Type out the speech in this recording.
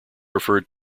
referred